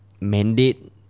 mandate